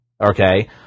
okay